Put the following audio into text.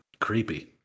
Creepy